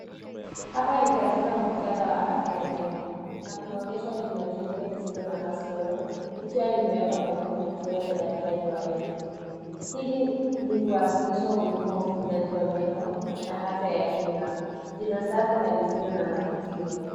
Hapa ni katika muktadha wa afya ya meno na kunaonyeshwa jino jeupe lisilo na kasoro likiwa limewekwa karibu na kioo cha daktari wa meno. Hili ni kuwakilisha umuhimu wa utunzaji wa meno na afya ya kinywa. Jino safi na lisilo na matatizo.